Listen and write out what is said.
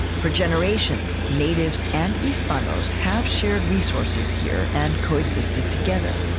for generations, natives and hispanos have shared resources here and coexisted together.